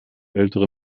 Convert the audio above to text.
ältere